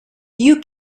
you